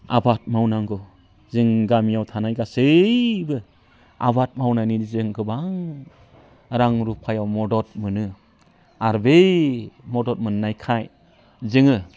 आबाद मावनांगौ जों गामियाव थानाय गासैबो आबाद मावनायनिजों गोबां रां रुफायाव मदद मोनो आरो बै मदद मोननायखाय जोङो